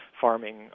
farming